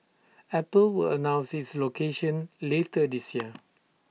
apple will announce its location later this year